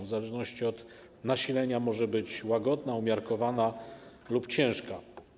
W zależności od nasilenia może być łagodna, umiarkowana lub ciężka.